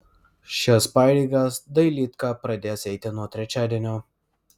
šias pareigas dailydka pradės eiti nuo trečiadienio